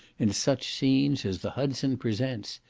in such scenes as the hudson presents.